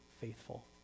faithful